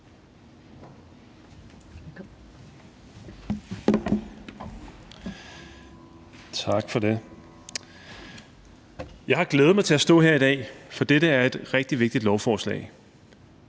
Tak for det. Jeg har glædet mig til at stå her i dag, for dette er et rigtig vigtigt lovforslag.